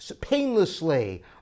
painlessly